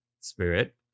spirit